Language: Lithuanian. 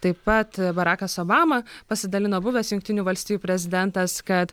taip pat barakas obama pasidalino buvęs jungtinių valstijų prezidentas kad